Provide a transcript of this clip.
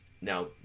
Now